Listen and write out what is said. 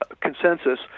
consensus